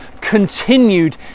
continued